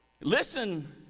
listen